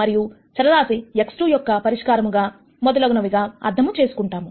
మరియు చరరాశి x2 యొక్క పరిష్కారముగా మొదలగునవి గా అర్థముచేసుకుంటాము